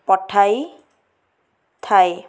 ପଠାଇ ଥାଏ